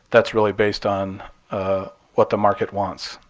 that's really based on what the market wants.